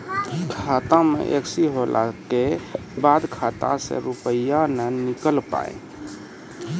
खाता मे एकशी होला के बाद खाता से रुपिया ने निकल पाए?